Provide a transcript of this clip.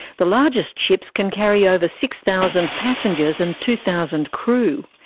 the largest ships can carry over six thousand passengers and two thousand crew.